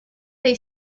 they